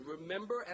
Remember